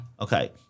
Okay